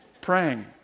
praying